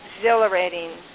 exhilarating